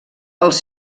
els